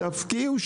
תפקיעו,